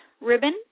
ribbon